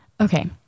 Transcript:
Okay